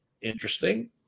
interesting